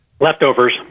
Leftovers